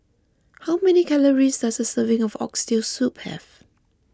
how many calories does a serving of Oxtail Soup have